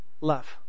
love